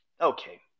Okay